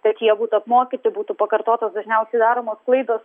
kad jie būtų apmokyti būtų pakartotos dažniausiai daromos klaidos